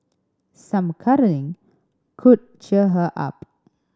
some cuddling could cheer her up